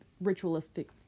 ritualistic